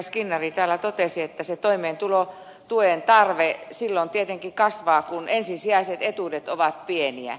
skinnari täällä totesi että se toimeentulotuen tarve silloin tietenkin kasvaa kun ensisijaiset etuudet ovat pieniä